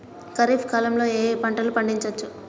ఖరీఫ్ కాలంలో ఏ ఏ పంటలు పండించచ్చు?